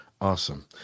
Awesome